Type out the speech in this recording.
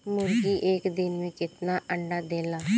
मुर्गी एक दिन मे कितना अंडा देला?